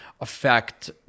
affect